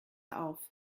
auf